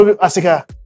Asika